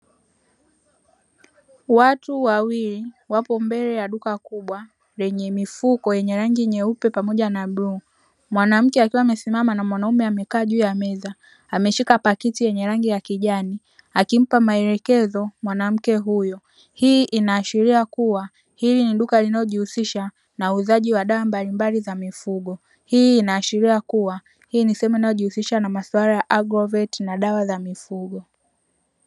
Watu wawili wapo mbele ya duka kubwa, lenye mifuko yenye rangi nyeupe pamoja na bluu. Mwanamke akiwa amesimama na mwanaume akiwa amekaa juu ya meza, ameshika pakiti yenye rangi ya kijani akimpa maelekezo mwanamke huyo. Hii inaashiria kuwa hili ni duka linalojihusisha na uuzaji wa dawa mbalimbali za mifugo. Hii inaashiria kuwa hii ni sehemu inayojihusisha na masuala ya agroveti na dawa za mifugo.